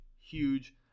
huge